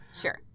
Sure